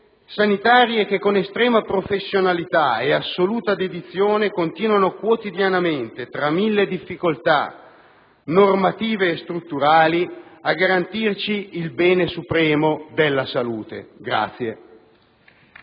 sanitarie che con estrema professionalità ed assoluta dedizione continuano quotidianamente, tra mille difficoltà normative e strutturali, a garantirci il bene supremo della salute.